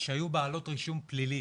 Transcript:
שהיו בעלות רישום פלילי